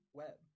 web